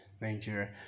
Nigeria